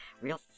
Real